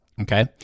Okay